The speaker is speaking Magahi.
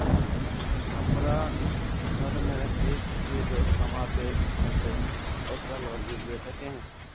हमरा घर में एक ही लोग कमाबै है ते ओकरा लोन मिलबे सके है?